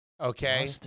Okay